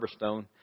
Riverstone